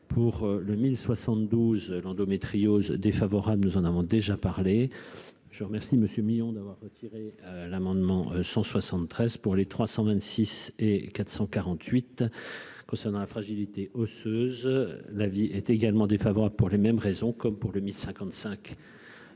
pour le 1072 l'endométriose défavorable, nous en avons déjà parlé, je vous remercie Monsieur Millon d'avoir retiré l'amendement 173 pour les 326 et 448 concernant la fragilité osseuse l'vie est également défavorable pour les mêmes raisons, comme pour le mythe